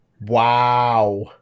Wow